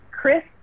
Chris